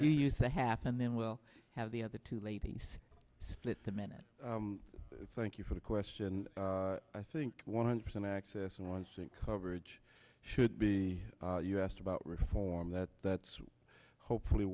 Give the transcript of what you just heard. your use that happened then we'll have the other two ladies split the minute thank you for the question i think one hundred percent access and once in coverage should be you asked about reform that that's hopefully